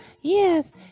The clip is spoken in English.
yes